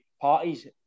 parties